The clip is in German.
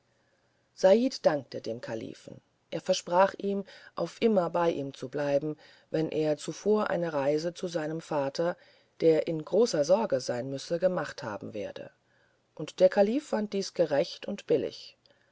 said dankte dem kalifen er versprach ihm auf immer bei ihm zu bleiben wenn er zuvor eine reise zu seinem vater der in großen sorgen um ihn sein müsse gemacht haben werde und der kalif fand dies gerecht und billig